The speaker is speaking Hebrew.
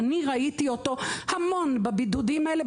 אני ראיתי אותו המון בבידודים האלה,